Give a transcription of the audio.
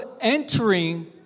entering